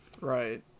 Right